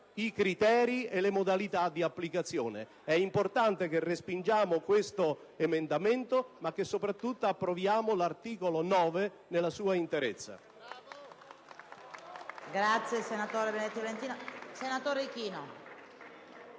i criteri e le modalità di applicazione. È importante che respingiamo l'emendamento 9.213, ma soprattutto che approviamo l'articolo 9 nella sua interezza.